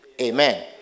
Amen